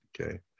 Okay